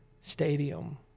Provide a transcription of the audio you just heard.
stadium